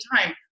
time